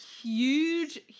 huge